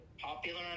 popular